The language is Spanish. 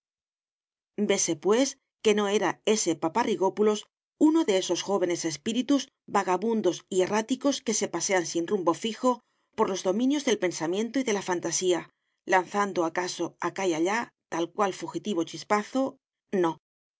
pues que no era s paparrigópulos uno de esos jóvenes espíritus vagabundos y erráticos que se pasean sin rumbo fijo por los dominios del pensamiento y de la fantasía lanzando acaso acá y allá tal cual fugitivo chispazo no